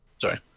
Sorry